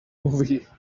movie